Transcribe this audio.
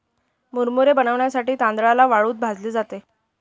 मुरमुरे बनविण्यासाठी तांदळाला वाळूत भाजले जाते